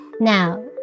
Now